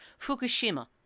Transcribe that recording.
Fukushima